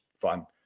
fun